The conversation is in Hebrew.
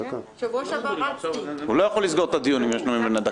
הוא לא יכול לסגור את הדיון אם יש נאומים בני דקה.